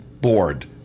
board